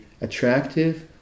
attractive